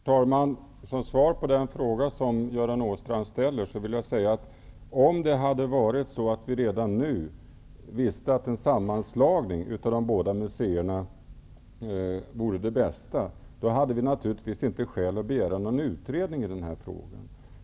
Herr talman! Som svar på den fråga som Göran Åstrand ställer vill jag säga, att om vi redan nu visste att en sammanslagning av de båda museerna vore det bästa, hade vi naturligtvis inte haft skäl att begära någon utredning i den här frågan.